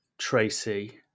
tracy